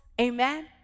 Amen